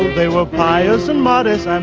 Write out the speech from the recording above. they were pious and modest. i'm